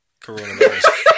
coronavirus